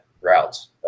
routes